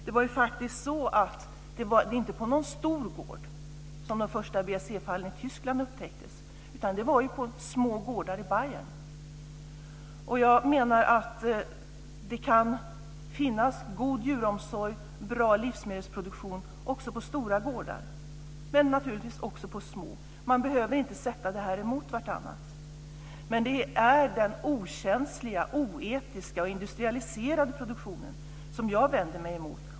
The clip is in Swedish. Det var inte på någon stor gård som de första BSE fallen i Tyskland upptäcktes. Det var ju på små gårdar i Bayern. Jag menar att det kan finnas god djuromsorg och bra livsmedelsproduktion på stora gårdar, och naturligtvis också på små. Man behöver inte sätta detta emot varandra. Det är den okänsliga, oetiska och industrialiserade produktionen som jag vänder mig emot.